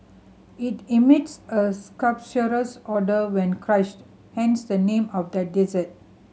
it emits a sulphurous odour when crushed hence the name of the dessert